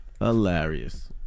Hilarious